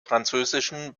französischen